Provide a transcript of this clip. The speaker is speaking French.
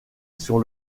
sur